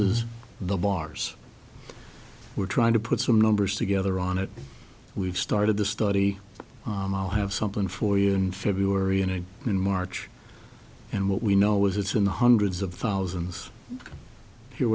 is the bars we're trying to put some numbers together on it we've started this study i have something for you in february and in march and what we know is it's in the hundreds of thousands here